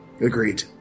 Agreed